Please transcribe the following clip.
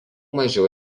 mažiau